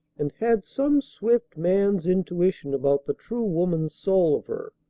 and had some swift man's intuition about the true woman's soul of her.